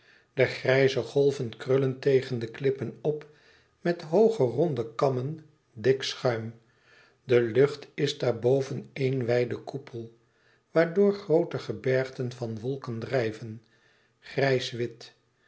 de grijze golven krullen tegen de klippen op met hooge ronde kammen dik schuim de lucht is daarboven éen wijde koepel waardoor groote gebergten van wolken drijven grijs wit zij